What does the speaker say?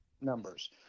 numbers